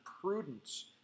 prudence